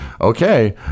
okay